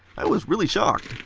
i was really shocked.